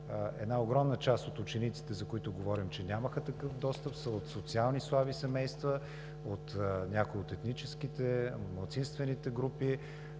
една огромна част от учениците, за които говорим, че нямаха такъв достъп, са от социално слаби семейства, някои от етническите, малцинствените групи,